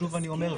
שוב אני אומר,